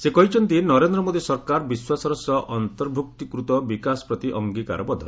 ସେ କହିଛନ୍ତି ନରେନ୍ଦ୍ର ମୋଦି ସରକାର ବିଶ୍ୱାସର ସହ ଅନ୍ତର୍ଭକ୍ତିକୃତ ବିକାଶ ପ୍ରତି ଅଙ୍ଗୀକାରବଦ୍ଧ